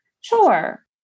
Sure